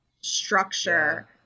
structure